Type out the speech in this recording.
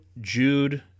Jude